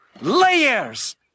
Layers